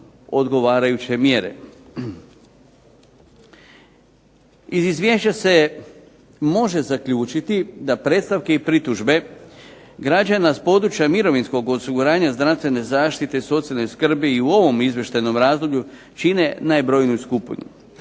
Iz Izvješća se može zaključiti da predstavke i pritužbe građana s područja mirovinskog osiguranja, zdravstvene zaštite, socijalne skrbi i u ovom izvještajnom razdoblju čine najbrojniju skupinu.